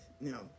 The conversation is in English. No